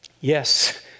Yes